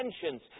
tensions